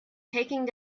taking